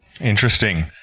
Interesting